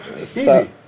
Easy